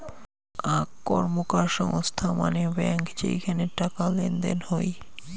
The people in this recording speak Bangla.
আক র্কমকার সংস্থা মানে ব্যাঙ্ক যেইখানে টাকা লেনদেন হই